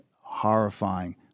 horrifying